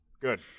Good